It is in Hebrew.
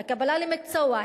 הקבלה למקצוע,